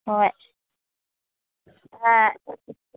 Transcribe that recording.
ꯍꯣꯏ ꯍꯣꯏ